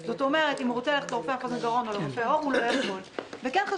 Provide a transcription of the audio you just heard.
אלא אם יש לו סיבה מוצדקת, כמו בכל קופה אחרת.